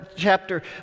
chapter